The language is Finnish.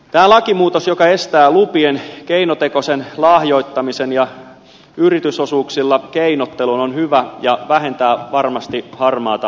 tämä lakimuutos joka estää lupien keinotekoisen lahjoittamisen ja yritysosuuksilla keinottelun on hyvä ja vähentää varmasti harmaata taloutta